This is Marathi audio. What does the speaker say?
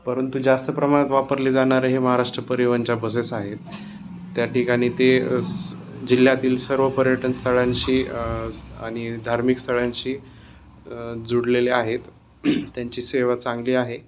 परंतु जास्त प्रमाणात वापरले जाणारे हे महाराष्ट्र परिवहनच्या बसेस आहेत त्या ठिकाणी ते जिल्ह्यातील सर्व पर्यटन स्थळांशी आणि धार्मिक स्थळांशी जोडलेले आहेत त्यांची सेवा चांगली आहे